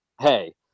hey